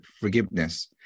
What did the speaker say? forgiveness